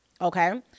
okay